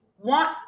want